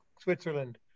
Switzerland